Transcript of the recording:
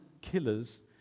killers